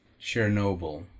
Chernobyl